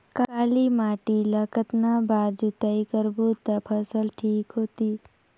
काली माटी ला कतना बार जुताई करबो ता फसल ठीक होती?